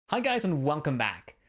hi guys, and welcome back.